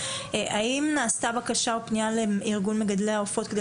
האם הוגשה בקשה או פניה לארגון מגדלי העופות כדי